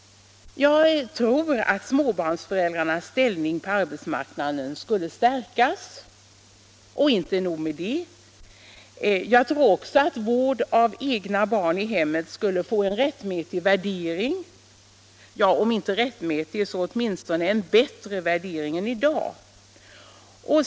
Jag tror att småbarnsföräldrarnas ställning på arbetsmarknaden skulle stärkas på detta sätt. Jag tror också att vård av egna barn i hemmet skulle få en rättmätig värdering — eller åtminstone en bättre värdering än i dag.